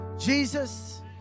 Jesus